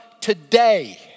today